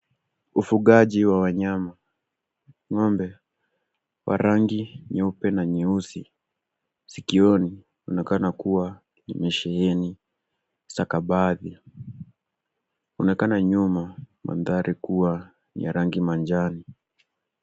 Ufugaji wa wanyama ngombe wa rangi nyeupe na nyeusi sikioni inaonekana kuwa imesheheni stakabadhi inaonekana nyuma mandhari kuwa ni ya rangi manjani